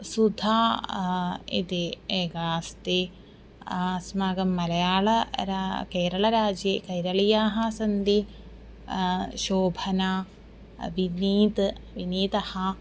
सुधा इति एका अस्ति अस्माकं मलयाळ रा केरलराज्ये कैरलीयाः सन्ति शोभना विनीत् विनीतः